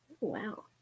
Wow